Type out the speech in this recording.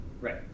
Right